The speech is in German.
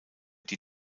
die